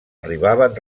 arribaven